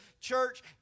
church